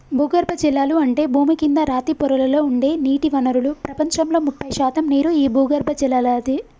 భూగర్బజలాలు అంటే భూమి కింద రాతి పొరలలో ఉండే నీటి వనరులు ప్రపంచంలో ముప్పై శాతం నీరు ఈ భూగర్బజలలాదే